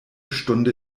stunde